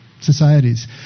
societies